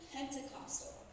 Pentecostal